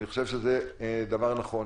אני חושב שזה דבר נכון.